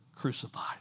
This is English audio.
crucified